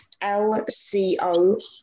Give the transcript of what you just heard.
LCO